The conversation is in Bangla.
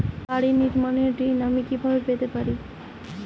বাড়ি নির্মাণের ঋণ আমি কিভাবে পেতে পারি?